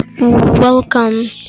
Welcome